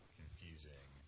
confusing